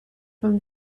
from